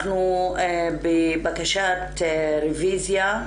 אנחנו בבקשת רביזיה,